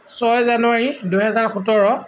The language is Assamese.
ছয় জানুৱাৰী দুহেজাৰ সোতৰ